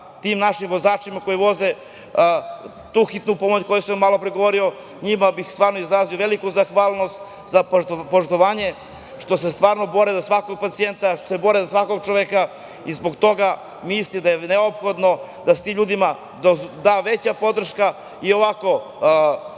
tim našim vozačima koji voze tu hitnu pomoć o kojoj sam malopre govorio, njima bih stvarno izrazio veliku zahvalnost što se bore za svakog pacijenta, što se bore za svakog čoveka. Zbog toga mislim da je neophodno da se tim ljudima da veća podrška i ovako